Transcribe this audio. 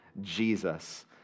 Jesus